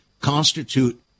constitute